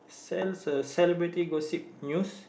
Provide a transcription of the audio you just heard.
cel~ uh celebrity gossip news